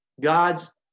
God's